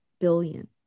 billion